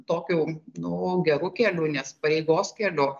tokiu nu geru keliu nes pareigos keliu